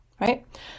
right